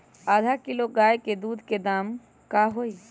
आधा किलो गाय के दूध के का दाम होई?